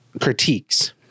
critiques